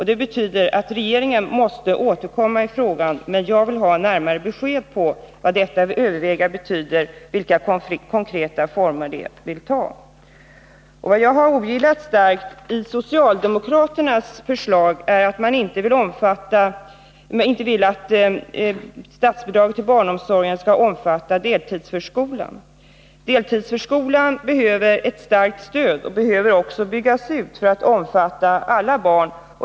Det betyder att regeringen måste återkomma till frågan. Jag vill ha närmare besked om vad detta med ”överväga” betyder, vilka konkreta former det vill ta. Vad jag starkt ogillat i socialdemokraternas förslag är att de inte vill att statsbidraget till barnomsorgen skall omfatta deltidsförskolan. Denna behöver ett starkt stöd, och den behöver också byggas ut för att omfatta alla barn.